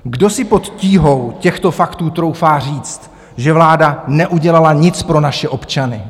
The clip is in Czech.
Kdo si pod tíhou těchto faktů troufá říct, že vláda neudělala nic pro naše občany?